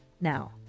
now